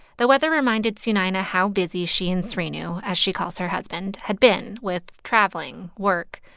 the weather reminded sunayana how busy she and srinu, as she calls her husband, had been with traveling, work.